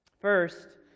First